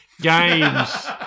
games